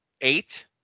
Eight